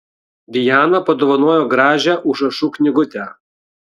dijana padovanojo gražią užrašų knygutę